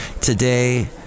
today